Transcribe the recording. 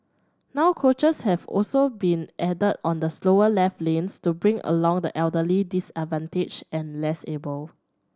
now coaches have also been added on the slower left lanes to bring along the elderly disadvantaged and less able